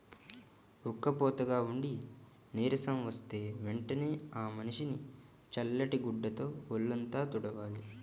ఉక్కబోతగా ఉండి నీరసం వస్తే వెంటనే ఆ మనిషిని చల్లటి గుడ్డతో వొళ్ళంతా తుడవాలి